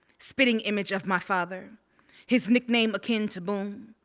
spitting image of my father his nickname akin to boom,